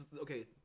okay